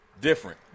different